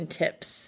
tips